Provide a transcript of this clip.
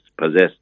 possessed